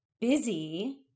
busy